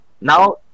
Now